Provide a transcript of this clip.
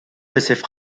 laissaient